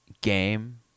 game